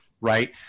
right